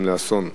גם לאסון.